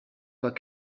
pas